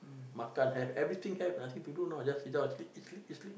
makan have everything have nothing to do just sit down and sleep eat sleep eat sleep